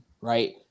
right